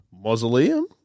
mausoleum